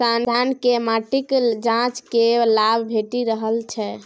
किसानकेँ माटिक जांच केर लाभ भेटि रहल छै